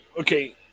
Okay